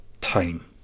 time